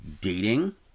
Dating